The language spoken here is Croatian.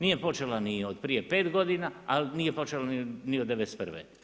Nije počela ni od prije 5 g. ali nije počela ni od '91.